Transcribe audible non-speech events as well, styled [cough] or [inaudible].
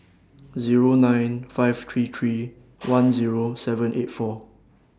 Zero nine five three three [noise] one Zero seven eight four